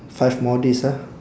five more days ah